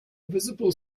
visible